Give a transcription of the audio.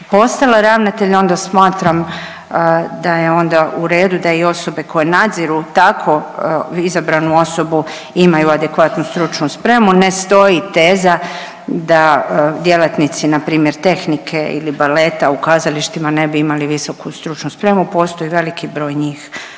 postala ravnatelj, onda smatram da je onda u redu da i osobe koje nadziru tako izabranu osobu imaju adekvatnu stručnu spremu. Ne stoji teza da djelatnici, npr. tehnike ili baleta u kazalištima ne bi imali visoku stručnu spremnu, postoji veliki broj njih